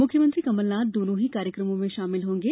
मुख्यमंत्री कमलनाथ दोनों ही कार्यक्रमों में शामिल होंगे